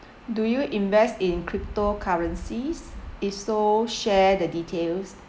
do you invest in crypto currencies if so share the details